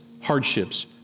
hardships